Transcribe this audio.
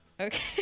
Okay